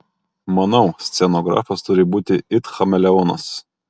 manau scenografas turi būti it chameleonas